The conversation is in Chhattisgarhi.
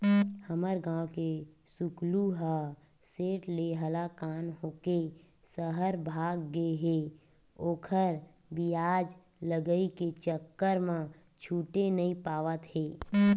हमर गांव के सुकलू ह सेठ ले हलाकान होके सहर भाग गे हे ओखर बियाज लगई के चक्कर म छूटे नइ पावत हे